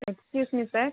excuse me sir